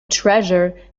treasure